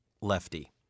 Lefty